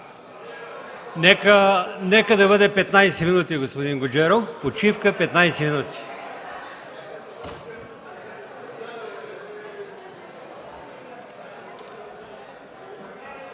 Нека да бъде 15 минути, господин Гуджеров. Почивка – 15 минути.